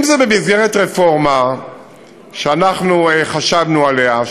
אם זה במסגרת רפורמה שחשבנו עליה,